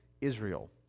Israel